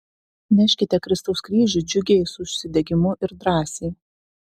neškite kristaus kryžių džiugiai su užsidegimu ir drąsiai